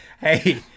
Hey